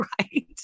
right